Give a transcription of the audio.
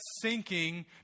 sinking